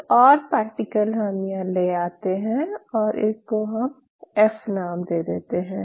एक और पार्टिकल हम यहाँ ले आते हैं और इसको हम ऍफ़ नाम दे देते हैं